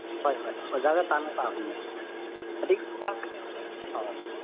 ꯍꯣꯏ ꯍꯣꯏ ꯑꯣꯖꯥꯒ ꯇꯥꯅ ꯇꯥꯕꯅꯤ ꯑꯧ